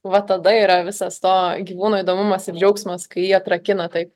va tada yra visas to gyvūno įdomumas ir džiaugsmas kai jį atrakina taip